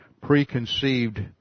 preconceived